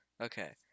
Okay